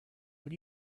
what